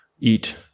eat